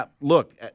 look